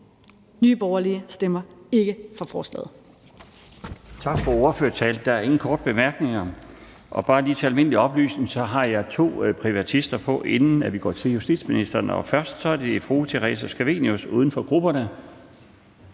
Nye Borgerlige stemmer ikke for forslaget.